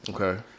Okay